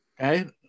Okay